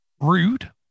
rude